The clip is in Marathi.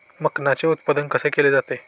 मखाणाचे उत्पादन कसे केले जाते?